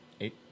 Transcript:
Eight